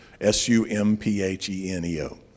S-U-M-P-H-E-N-E-O